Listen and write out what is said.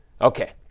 Okay